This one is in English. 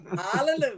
Hallelujah